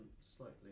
slightly